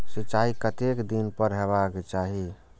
सिंचाई कतेक दिन पर हेबाक चाही?